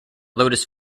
lotus